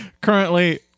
Currently